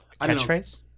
Catchphrase